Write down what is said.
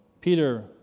Peter